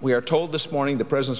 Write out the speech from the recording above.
we are told this morning the president's